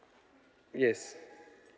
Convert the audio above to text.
yes